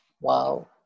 Wow